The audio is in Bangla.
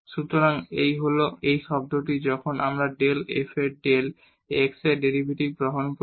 সুতরাং এই হল এই টার্মটি যখন আমরা ডেল f এর ডেল x এর ডেরিভেটিভ গ্রহণ করি